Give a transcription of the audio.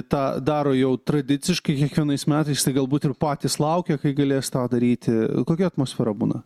tą daro jau tradiciškai kiekvienais metais tai galbūt ir patys laukia kai galės tą daryti kokia atmosfera būna